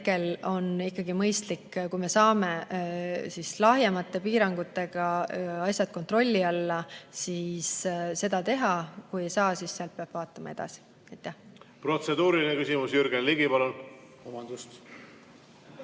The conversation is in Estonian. on ikkagi mõistlik, kui me saame lahjemate piirangutega asjad kontrolli alla. Kui seda ei saa, siis peab vaatama edasi.